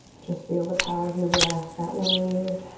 just feel the power of your breath, that wave.